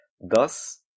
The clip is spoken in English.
Thus